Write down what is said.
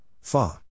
Fa